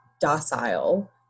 docile